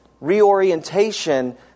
reorientation